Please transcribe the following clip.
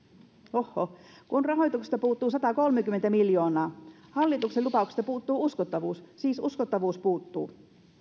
ohhoh kun rahoituksesta puuttuu satakolmekymmentä miljoonaa hallituksen lupauksesta puuttuu uskottavuus siis uskottavuus puuttuu